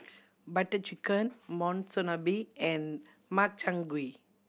Butter Chicken Monsunabe and Makchang Gui